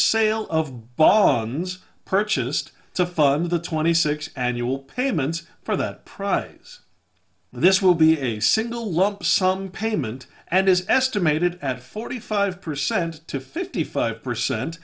sale of bonds purchased to fund the twenty six annual payments for that prize this will be a single lump sum payment and is estimated at forty five percent to fifty five percent